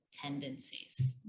tendencies